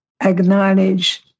acknowledge